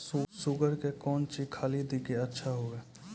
Sugar के कौन चीज खाली दी कि अच्छा हुए?